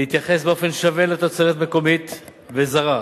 להתייחס באופן שווה לתוצרת מקומית וזרה,